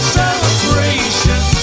celebration